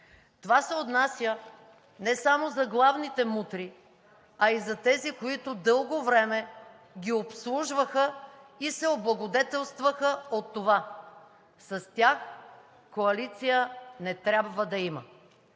Това се отнася не само за главните мутри, а и за тези, които дълго време ги обслужваха и се облагодетелстваха от това. С тях коалиция не трябва да има!